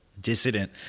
dissident